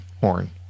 horn